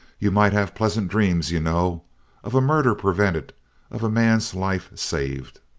you might have pleasant dreams, you know of a murder prevented of a man's life saved!